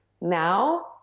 Now